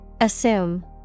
Assume